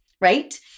right